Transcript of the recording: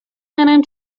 منم